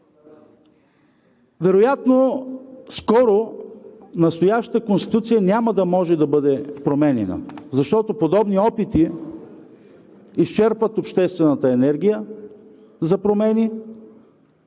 Вероятно скоро настоящата Конституция няма да може да бъде променяна, защото подобни опити изчерпват обществената енергия за промени